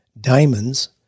diamonds